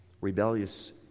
rebellious